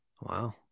Wow